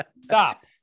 Stop